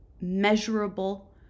measurable